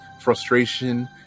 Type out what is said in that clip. frustration